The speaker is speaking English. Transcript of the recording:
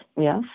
Yes